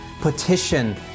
petition